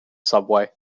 subway